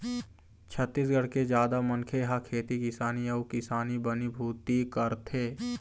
छत्तीसगढ़ के जादा मनखे ह खेती किसानी अउ किसानी बनी भूथी करथे